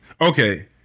Okay